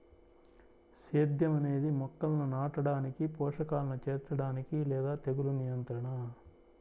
సేద్యం అనేది మొక్కలను నాటడానికి, పోషకాలను చేర్చడానికి లేదా తెగులు నియంత్రణ